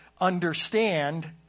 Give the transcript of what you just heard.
understand